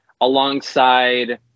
alongside